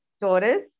daughters